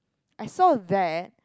I saw that